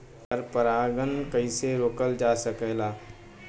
पर परागन कइसे रोकल जा सकेला?